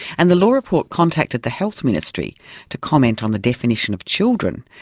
and the law report contacted the health ministry to comment on the definition of children,